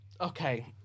Okay